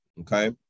Okay